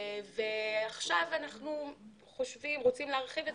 עכשיו אנחנו חושבים ורוצים להרחיב את